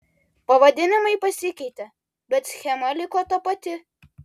pavadinimai pasikeitė bet schema liko ta pati